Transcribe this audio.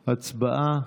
הצבעה.